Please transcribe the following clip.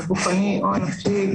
הגופני או הנפשי,